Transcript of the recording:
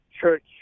church